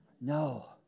No